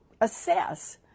assess